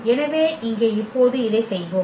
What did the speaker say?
எனவே இங்கே இப்போது இதைச் செய்வோம்